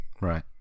Right